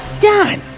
done